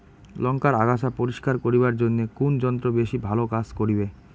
লংকার আগাছা পরিস্কার করিবার জইন্যে কুন যন্ত্র বেশি ভালো কাজ করিবে?